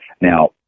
Now